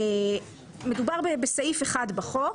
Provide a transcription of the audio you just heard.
מדובר בסעיף אחד בחוק.